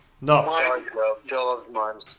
No